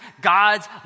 God's